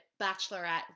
bachelorette